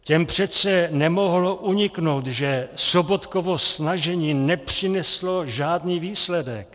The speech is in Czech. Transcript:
Těm přece nemohlo uniknout, že Sobotkovo snažení nepřineslo žádný výsledek.